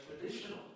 traditional